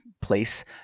place